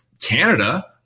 Canada